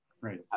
Right